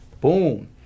boom